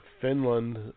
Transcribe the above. Finland